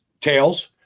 tails